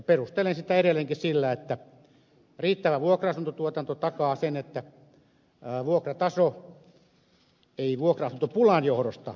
perustelen sitä edelleenkin sillä että riittävä vuokra asuntotuotanto takaa sen että vuokrataso ei vuokra asuntopulan johdosta kohoaisi